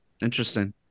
interesting